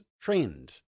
trend